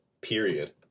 period